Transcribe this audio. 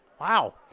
Wow